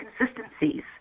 inconsistencies